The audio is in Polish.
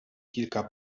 kilka